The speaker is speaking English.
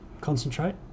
concentrate